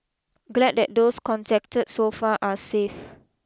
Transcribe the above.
glad that those contacted so far are safe